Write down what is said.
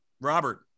robert